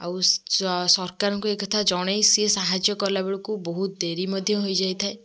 ଆଉ ସରକାରଙ୍କୁ ଏକଥା ଜଣେଇ ସିଏ ସାହାଯ୍ୟ କଲାବେଳକୁ ବହୁତ ଡ଼େରି ମଧ୍ୟ ହୋଇଯାଇଥାଏ